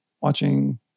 watching